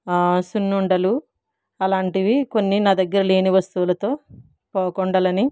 సున్నుండలు అలాంటివి కొన్ని నా దగ్గర లేని వస్తువులతో పావుకుండలని